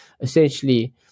essentially